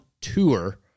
tour